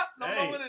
Hey